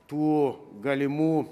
tų galimų